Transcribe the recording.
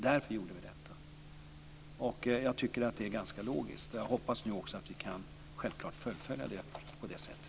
Därför gjorde vi detta. Jag tycker att det är ganska logiskt. Jag hoppas självklart att vi nu också kan fullfölja det på det sättet.